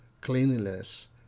cleanliness